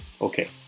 okay